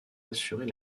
assurer